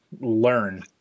learn